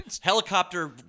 Helicopter